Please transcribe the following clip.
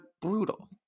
brutal